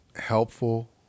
Helpful